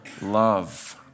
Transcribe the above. love